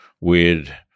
weird